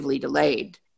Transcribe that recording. delayed